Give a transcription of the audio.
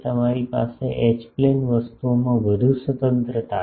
તમારી પાસે H plane વસ્તુઓમાં વધુ સ્વતંત્રતા છે